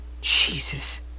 Jesus